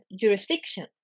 jurisdiction